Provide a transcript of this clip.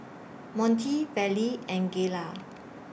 Monty Vallie and Gayla